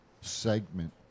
segment